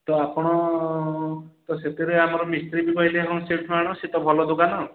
ତ ଆପଣ ତ ସେଥିରେ ଆମର ମିସ୍ତ୍ରୀ ବି କହିଲେ ହଁ ସେଇଠୁ ଆଣ ସେ ତ ଭଲ ଦୋକାନ